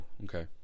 Okay